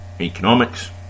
economics